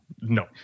No